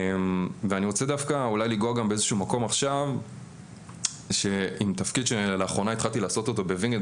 אני רוצה לומר עכשיו לגבי תפקיד שלאחרונה התחלתי לעשות אותו בוינגייט,